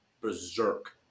berserk